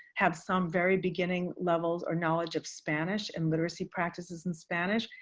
have some very beginning levels or knowledge of spanish and literacy practices in spanish,